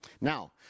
Now